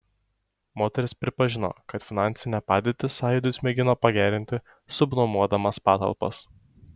moteris pripažino kad finansinę padėtį sąjūdis mėgina pagerinti subnuomodamas patalpas